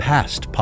Past